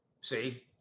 See